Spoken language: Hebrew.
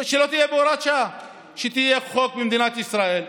שלא תהיה הוראת שעה, שיהיה חוק במדינת ישראל.